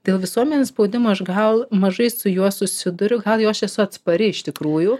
dėl visuomenės spaudimo aš gal mažai su juo susiduriu gal jau aš esu atspari iš tikrųjų